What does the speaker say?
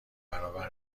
برابر